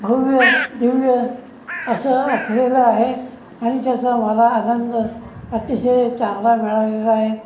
भव्य दिव्य असं आखलेलं आहे आणि त्याचा मला आनंद अतिशय चांगला मिळालेला आहे